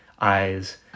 eyes